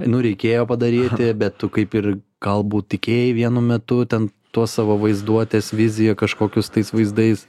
nu reikėjo padaryti bet tu kaip ir galbūt tikėjai vienu metu ten tuo savo vaizduotės vizija kažkokius tais vaizdais